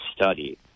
study